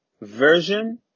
version